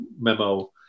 memo